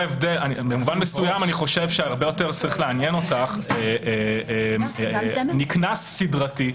במובן מסוים אני חושב שהרבה יותר צריך לעניין אותך נקנס סדרתי,